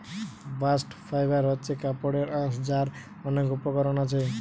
bast fibre হচ্ছে কাপড়ের আঁশ যার অনেক উপকরণ আছে